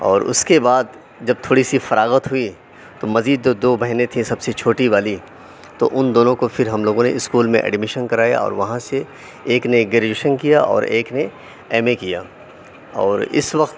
اور اس کے بعد جب تھوڑی سی فراغت ہوئی تو مزید جو دو بہنیں تھیں سب سے چھوٹی والی تو ان دونوں کو پھر ہم لوگوں نے اسکول میں ایڈمیشن کرایا اور وہاں سے ایک نے گریجویشن کیا اور ایک نے ایم اے کیا اور اس وقت